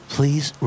Please